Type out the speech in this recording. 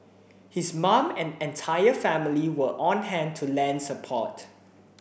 his mum and entire family were on hand to lend support